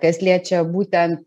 kas liečia būtent